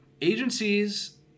Agencies